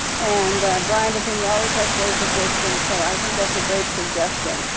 and brian buffini always has words of wisdom. so i think that's a great suggestion.